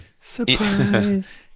Surprise